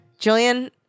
Jillian